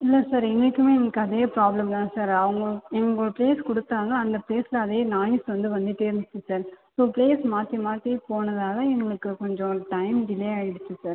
இல்லை சார் இன்றைக்குமே எங்களுக்கு அதே ப்ராப்ளம் தான் சார் அவங்க எங்களுக்கு ஒரு ப்ளேஸ் கொடுத்தாங்க அந்த ப்ளேஸில் அதே நாய்ஸ் வந்து வந்துட்டே இருந்துச்சு சார் ஸோ ப்ளேஸ் மாற்றி மாற்றி போனதினால எங்களுக்கு கொஞ்சம் டைம் டிலே ஆகிடுச்சு சார்